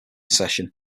session